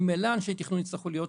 ממילא אנשי תכנון יצטרכו להיות שם,